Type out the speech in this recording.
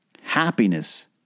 Happiness